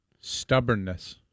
stubbornness